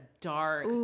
dark